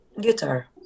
guitar